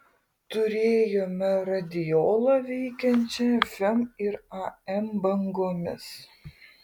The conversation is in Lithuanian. turėjome radiolą veikiančią fm ir am bangomis